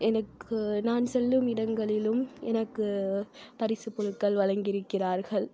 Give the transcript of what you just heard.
எனக்கு நான் செல்லும் இடங்களிலும் எனக்கு பரிசுப்பொருள்கள் வழங்கிருக்கிறார்கள்